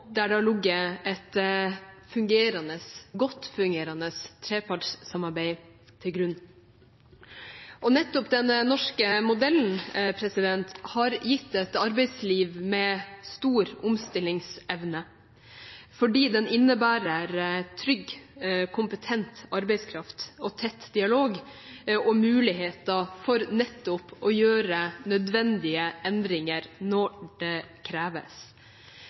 der det har ligget et godt fungerende trepartssamarbeid til grunn. Nettopp den norske modellen har gitt et arbeidsliv med stor omstillingsevne, fordi den innebærer trygg, kompetent arbeidskraft, tett dialog og muligheter for å gjøre nødvendige endringer når det kreves.